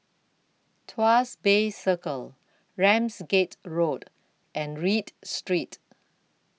Tuas Bay Circle Ramsgate Road and Read Street